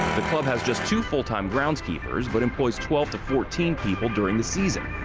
the club has just two full-time groundskeepers, but employs twelve to fourteen people during the season.